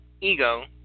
Ego